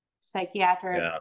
psychiatric